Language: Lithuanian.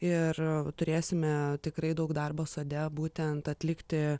ir turėsime tikrai daug darbo sode būtent atlikti